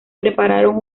prepararon